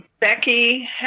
Becky